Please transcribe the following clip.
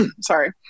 sorry